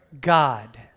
God